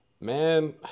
Man